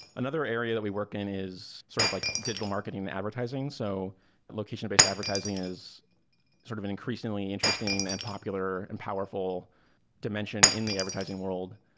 another area that we work in is sort of like digital marketing and advertising. so location-based advertising is sort of an increasingly interesting and popular and powerful dimension in the advertising world.